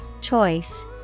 Choice